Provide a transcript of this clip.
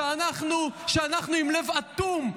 אנחנו עם לב אטום.